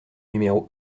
numéro